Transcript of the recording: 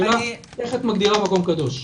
השאלה איך את מגדירה את זה כקדוש?